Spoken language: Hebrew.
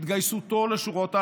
התגייסותו לשורות ההגנה,